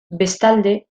bestalde